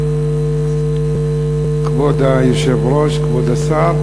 כבוד היושב-ראש, כבוד השר,